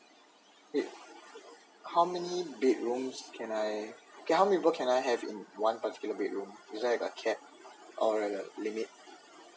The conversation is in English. how many bedrooms can I how many people can I have in one particular bedroom is there a cap or a limit